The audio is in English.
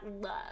love